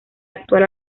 actual